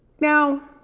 now,